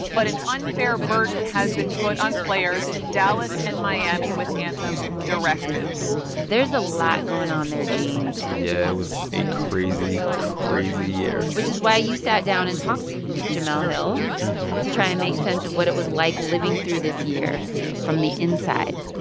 but an unfair burden has been put on players in dallas and miami with anthem directives there's a lot going on there, gene yeah, it was a crazy, crazy year which is why you sat down and talked with jemele hill to try and make sense of what it was like living through this year from the inside